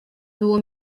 było